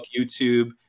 YouTube